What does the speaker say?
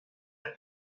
are